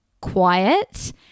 quiet